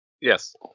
Yes